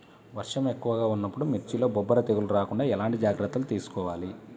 వర్షం ఎక్కువగా ఉన్నప్పుడు మిర్చిలో బొబ్బర తెగులు రాకుండా ఎలాంటి జాగ్రత్తలు తీసుకోవాలి?